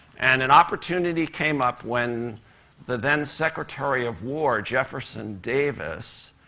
and an opportunity came up when the then-secretary of war, jefferson davis,